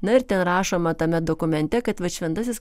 na ir ten rašoma tame dokumente kad vat šventasis